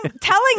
telling